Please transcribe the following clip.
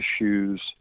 issues